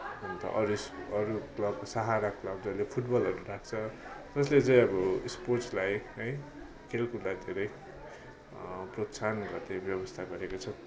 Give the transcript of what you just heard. अनि त अरू अरू क्लब सहारा क्लब्स्हरूले फुटबलहरू राख्छ जसले चाहिँ अब स्पोर्ट्सलाई है खेलकुदलाई धेरै प्रोत्साहन गर्दै व्यवस्था गरेको छ